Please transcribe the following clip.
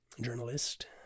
journalist